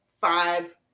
five